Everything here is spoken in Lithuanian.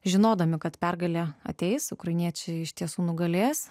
žinodami kad pergalė ateis ukrainiečiai iš tiesų nugalės